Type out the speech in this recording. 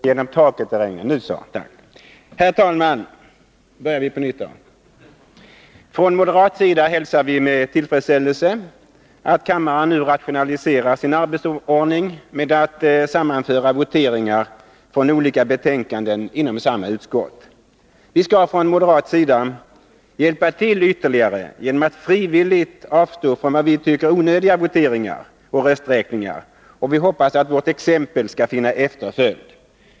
Herr talman! Från moderat sida hälsar vi med tillfredsställelse att kammaren nu rationaliserar sin arbetsordning med att sammanföra voteringar om olika betänkanden från samma utskott. Vi skall från moderat sida hjälpa till ytterligare genom att frivilligt avstå från vad vi tycker är onödiga voteringar och rösträkningar, och vi hoppas att vårt exempel skall vinna efterföljd.